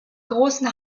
großen